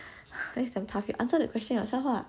it's damn tough you answer the question yourself ah